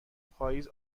پاییز